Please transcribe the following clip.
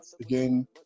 again